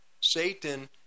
Satan